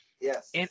Yes